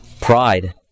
Pride